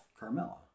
Carmella